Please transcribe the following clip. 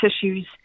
tissues